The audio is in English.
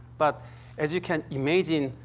but as you can imagine,